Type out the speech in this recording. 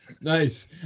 nice